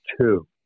two